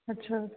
ਅੱਛਾ